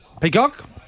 Peacock